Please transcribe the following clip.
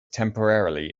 temporarily